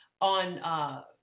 on